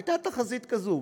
הייתה תחזית כזו,